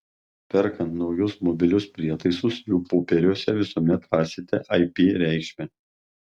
perkant naujus mobilius prietaisus jų popieriuose visuomet rasite ip reikšmę